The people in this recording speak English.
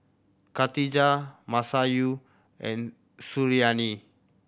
Khatijah Masayu and Suriani